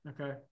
Okay